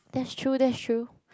that's true that's true